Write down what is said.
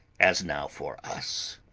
as now for us!